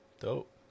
Dope